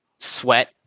sweat